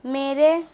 میرے